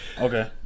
Okay